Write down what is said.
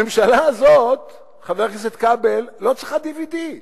הממשלה הזאת, חבר הכנסת כבל, לא צריכה די.וי.די.